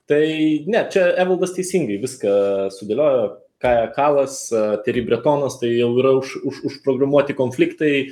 tai ne čia evaldas teisingai viską sudėliojo kaja kalas thierry bretonas tai jau yra už už užprogramuoti konfliktai